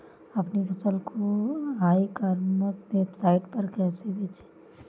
अपनी फसल को ई कॉमर्स वेबसाइट पर कैसे बेचें?